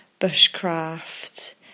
bushcraft